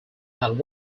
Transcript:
had